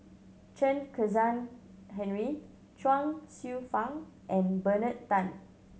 Chen Kezhan Henri Chuang Hsueh Fang and Bernard Tan